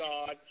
God